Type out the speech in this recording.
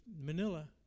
Manila